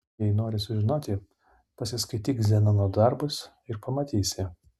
jei nori sužinoti pasiskaityk zenono darbus ir pamatysi